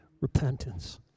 repentance